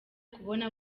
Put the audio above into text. kubona